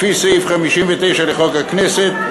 לפי סעיף 59 לחוק הכנסת,